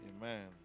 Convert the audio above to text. Amen